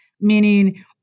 meaning